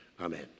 Amen